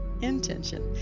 intention